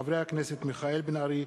שהעלו חברי הכנסת מיכאל בן-ארי,